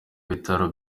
bitaro